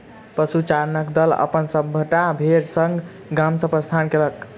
पशुचारणक दल अपन सभटा भेड़ संग गाम सॅ प्रस्थान कएलक